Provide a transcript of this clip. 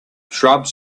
shrubs